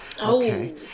Okay